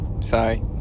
Sorry